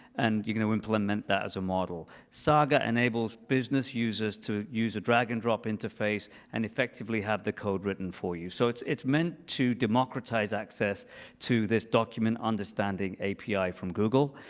and you're going to implement that as a model. saga enables business users to use a drag and drop interface and effectively have the code written for you. so it's it's meant to democratize access to this document understanding api from google,